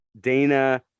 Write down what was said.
Dana